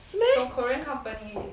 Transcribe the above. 是 meh